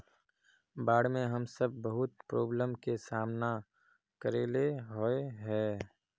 बाढ में हम सब बहुत प्रॉब्लम के सामना करे ले होय है?